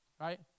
right